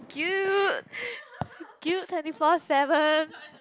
guilt guilt twenty four seven